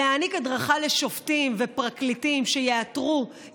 להעניק הדרכה לשופטים ופרקליטים שיאתרו,